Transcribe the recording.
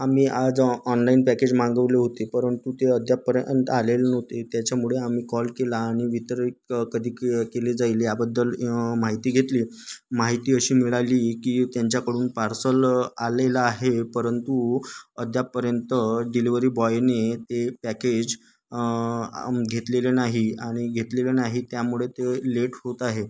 आम्ही आज online package मागवले होते परंतु ते अद्यापपर्यंत आलेलं नव्हते त्याच्यामुळे आम्ही कॉल केला आणि वितरित कधी क केले जाईल याबद्दल माहिती घेतली माहिती अशी मिळाली की त्यांच्याकडून पार्सल आलेलं आहे परंतु अद्यापपर्यंत डिलिव्हरी बॉयने ते पॅकेज घेतलेले नाही आणि घेतलेले नाही त्यामुळे ते लेट होत आहे